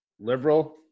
liberal